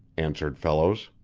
answered fellows.